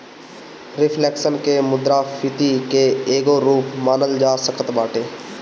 reflection के मुद्रास्फीति के एगो रूप मानल जा सकत बाटे